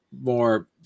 more